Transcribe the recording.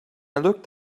looked